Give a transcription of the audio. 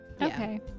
Okay